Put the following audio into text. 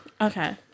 Okay